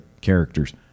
characters